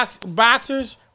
Boxers